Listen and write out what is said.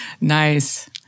Nice